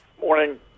Morning